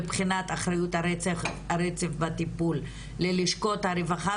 מבחינת אחריות הרצף והטיפול ללשכות הרווחה,